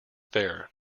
there